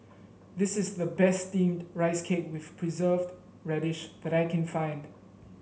this is the best steamed Rice Cake with Preserved Radish that I can find